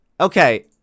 Okay